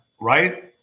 right